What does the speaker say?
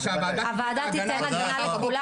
הוועדה תיתן הגנה לכולם.